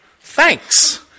thanks